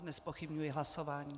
Nezpochybňuji hlasování.